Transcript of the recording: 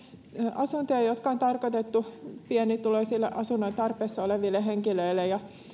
asuntoja jotka on tarkoitettu pienituloisille asunnon tarpeessa oleville henkilöille ja